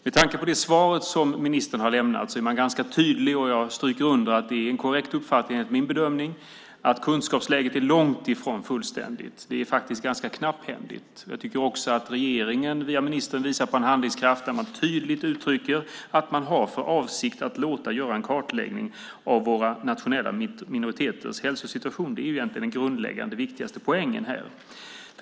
Med tanke på det svar som ministern har lämnat är hon ganska tydlig - och jag stryker under att det är en korrekt uppfattning, enligt min bedömning - om att kunskapsläget är långt ifrån fullständigt, att det faktiskt är ganska knapphändigt. Jag tycker också att regeringen via ministern visar handlingskraft och tydligt uttrycker att man har för avsikt att låta göra en kartläggning av våra nationella minoriteters hälsosituation. Det är egentligen den grundläggande och viktigaste poängen här.